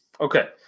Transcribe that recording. Okay